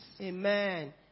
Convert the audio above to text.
Amen